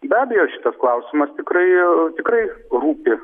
be abejo šitas klausimas tikrai tikrai rūpi